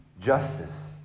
justice